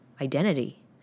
identity